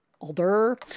older